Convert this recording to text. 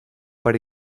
per